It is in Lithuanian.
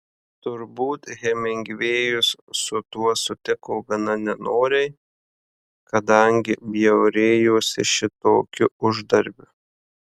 turbūt hemingvėjus su tuo sutiko gana nenoriai kadangi bjaurėjosi šitokiu uždarbiu